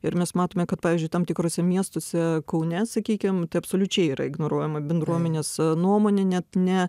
ir mes matome kad pavyzdžiui tam tikruose miestuose kaune sakykim tai absoliučiai yra ignoruojama bendruomenės nuomonė net ne